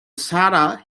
sara